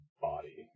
body